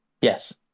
Yes